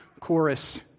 chorus